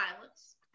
violence